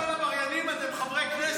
אתם מגינים על עבריינים, אתם חברי כנסת.